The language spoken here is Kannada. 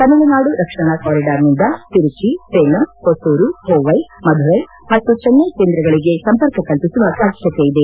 ತಮಿಳುನಾಡು ರಕ್ಷಣಾ ಕಾರಿಡಾರ್ನಿಂದ ತಿರುಚಿ ಸೇಲಂ ಹೊಸೂರು ಕೋವ್ಯೆ ಮಧುರೈ ಮತ್ತು ಚಿನ್ನೈ ಕೇಂದ್ರಗಳಿಗೆ ಸಂಪರ್ಕ ಕಲ್ಪಿಸುವ ಸಾಧ್ಯತೆ ಇದೆ